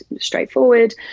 straightforward